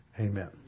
Amen